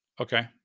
Okay